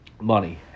money